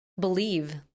believe